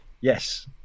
yes